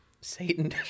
Satan